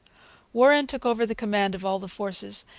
warren took over the command of all the forces,